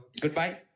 Goodbye